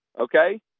okay